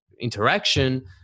interaction